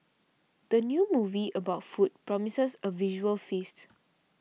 the new movie about food promises a visual feast